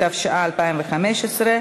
התשע"ה 2015,